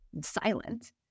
silent